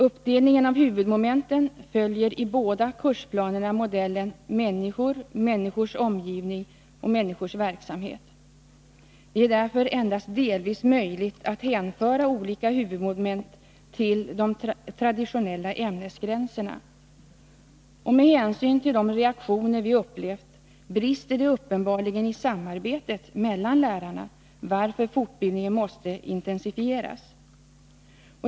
Uppdelningen av huvudmomenten följer i båda kursplanerna modellen: människor — människors omgivning — människors verksamhet. Det är därför endast delvis möjligt att hänföra olika huvudmoment till de traditionella ämnesgränserna. Med tanke på de reaktioner vi har upplevt brister det uppenbarligen i samarbetet mellan lärarna, varför fortbildningen måste intensifieras.